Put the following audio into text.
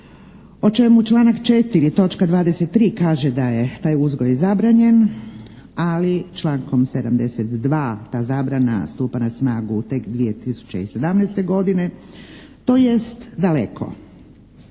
o čemu članak 4. točka 23. kaže da je taj uzgoj zabranjen, ali člankom 72. ta zabrana stupa na snagu tek 2017. godine to jest daleko.